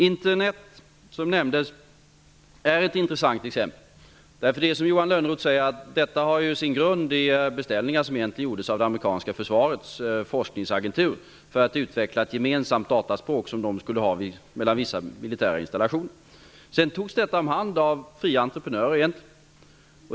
Internet, som nämndes, är ett intressant exempel. Det är som Johan Lönnroth säger, att systemet har sin grund i beställningar som gjordes av det amerikanska försvarets forskningsagentur för att utveckla ett gemensamt dataspråk som skulle användas vid vissa militära installationer. Detta togs om hand av fria entreprenörer.